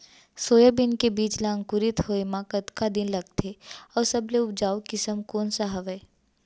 Soybean के बीज ला अंकुरित होय म कतका दिन लगथे, अऊ सबले उपजाऊ किसम कोन सा हवये?